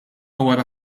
wara